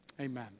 Amen